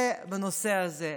זה בנושא הזה.